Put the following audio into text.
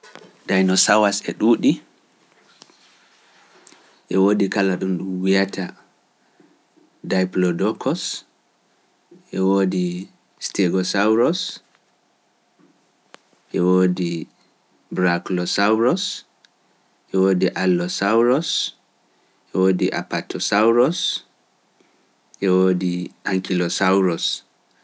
Daino sawas e ɗuuɗi, e woodi kala ɗum wi’ata Diplodokos, e woodi Stegosauros, e woodi Braclosauros, e woodi Allosauros, e woodi Apatosauros, e woodi Ankilosauros.